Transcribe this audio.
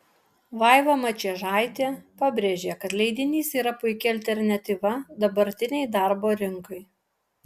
vaiva mačiežaitė pabrėžė kad leidinys yra puiki alternatyva dabartinei darbo rinkai